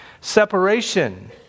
Separation